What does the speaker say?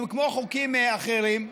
כמו עם חוקים אחרים,